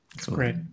Great